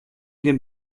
den